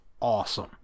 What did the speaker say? awesome